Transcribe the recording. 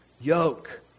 Yoke